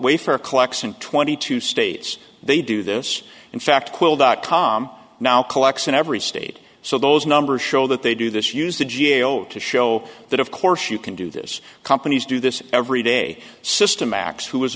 a collection twenty two states they do this in fact dot com now collects in every state so those numbers show that they do this use the g a o to show that of course you can do this companies do this every day system x who was